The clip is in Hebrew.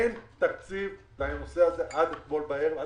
אין תקציב לנושא הזה עד היום בבוקר.